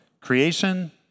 creation